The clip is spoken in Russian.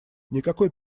никакой